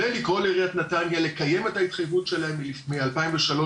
ולקרוא לעיריית נתניה לקיים את ההתחייבות שלהם מ-2003,